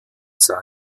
sah